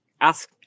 Ask